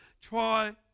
try